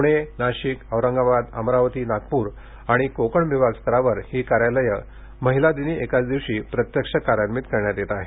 पुणे नाशिक औरंगाबाद अमरावती नागपूर आणि कोकण विभागस्तरावर ही कार्यालये महिला दिनी एकाच दिवशी प्रत्यक्ष कार्यान्वित करण्यात येत आहेत